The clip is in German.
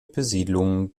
besiedelung